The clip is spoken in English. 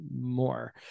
more